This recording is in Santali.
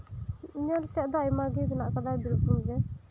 ᱧᱮᱞᱛᱮᱭᱟᱜ ᱫᱚ ᱟᱭᱢᱟᱜᱮ ᱢᱮᱱᱟᱜ ᱟᱠᱟᱫ ᱵᱤᱨᱵᱷᱩᱢ ᱨᱮ